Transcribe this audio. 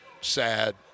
sad